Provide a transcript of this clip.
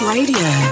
Radio